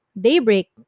Daybreak